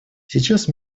сейчас